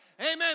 Amen